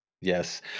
Yes